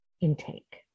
intake